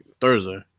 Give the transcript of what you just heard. Thursday